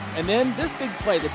and then this big play.